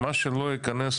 שמי אריאל